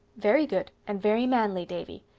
very good, and very manly, davy.